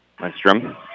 Lindstrom